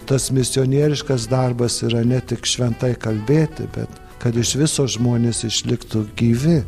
tas misionieriškas darbas yra ne tik šventai kalbėti bet kad iš viso žmonės išliktų gyvi